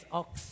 ox